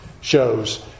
shows